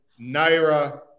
Naira